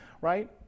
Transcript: right